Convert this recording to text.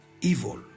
evil